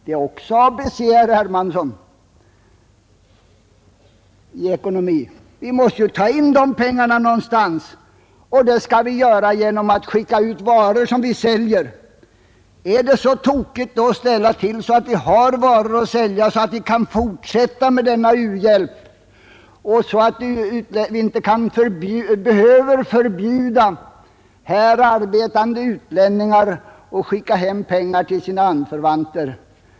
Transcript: Det är också ABC i ekonomi, herr Hermansson. De pengarna skall vi ta in genom att sälja varor. Är det då någonting tokigt i att se till att vi har varor att sälja, så att vi kan fortsätta med denna u-hjälp och så att vi inte behöver förbjuda här arbetande utlänningar att skicka hem pengar till sina anförvanter?